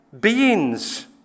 Beings